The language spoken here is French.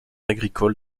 agricole